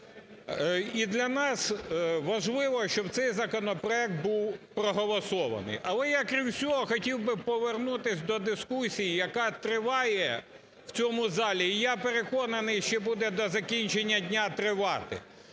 І для нас важливо, щоб цей законопроект був проголосований. Але я, крім всього, хотів би повернутись до дискусії, яка триває в цьому залі і, я переконаний, ще буде до закінчення дня тривати.